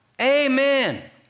amen